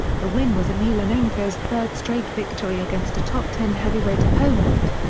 the win was emelianenko's third straight victory against a top ten heavyweight opponent.